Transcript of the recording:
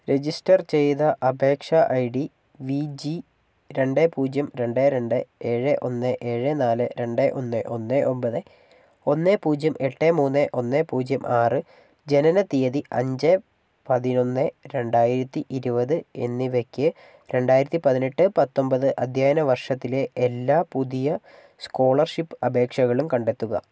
register ചെയ്ത അപേക്ഷ I D V G രണ്ട് പൂജ്യം രണ്ട് രണ്ട് ഏഴ് ഒന്ന് ഏഴ് നാല് രണ്ട് ഒന്ന് ഒന്ന് ഒൻപത് ഒന്ന് പൂജ്യം എട്ട് മൂന്ന് ഒന്ന് പൂജ്യം ആറ് ജനനത്തീയതി അഞ്ച് പതിനൊന്ന് രണ്ടായിരത്തി ഇരുപത് എന്നിവക്ക് രണ്ടായിരത്തി പതിനെട്ട് പത്തൊൻപത് അദ്ധ്യായന വർഷത്തിലെ എല്ലാ പുതിയ സ്കോളർഷിപ്പ് അപേക്ഷകളും കണ്ടെത്തുക